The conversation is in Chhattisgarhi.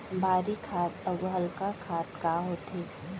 भारी खाद अऊ हल्का खाद का होथे?